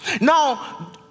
Now